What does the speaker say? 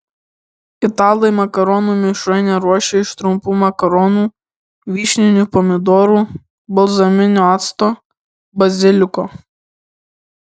italai makaronų mišrainę ruošia iš trumpų makaronų vyšninių pomidorų balzaminio acto baziliko